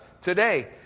today